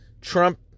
Trump